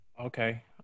Okay